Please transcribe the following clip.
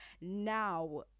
Now